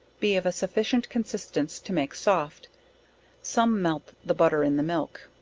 be of a sufficient consistance to make soft some melt the butter in the milk.